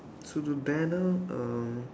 so the banner um